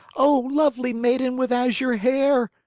oh, lovely maiden with azure hair,